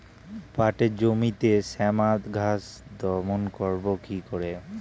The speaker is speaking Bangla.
পাটের জমিতে শ্যামা ঘাস দমন করবো কি করে?